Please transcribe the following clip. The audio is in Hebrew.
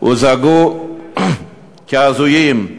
הוצגו כהזויים.